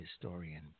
historian